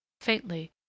faintly